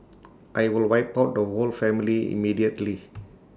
I will wipe out the whole family immediately